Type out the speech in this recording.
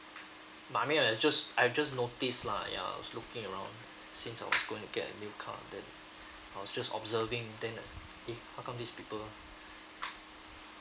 I mean I'm like I just I've just notice lah ya I was looking around since I was going to get a new car then I was just observing then I think how come this people